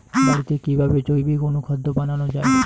বাড়িতে কিভাবে জৈবিক অনুখাদ্য বানানো যায়?